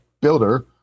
builder